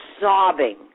sobbing